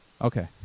Okay